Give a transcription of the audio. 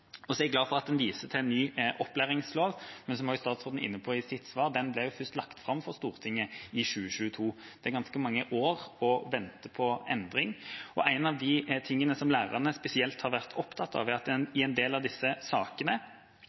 er glad for at hun viser til en ny opplæringslov, men som statsråden var inne på i sitt svar, blir den først lagt fram for Stortinget i 2022. Det er ganske mange år å vente på endring. En av de tingene som lærerne spesielt har vært opptatt av, er at i en del av disse sakene,